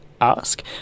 ask